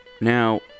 Now